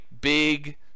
big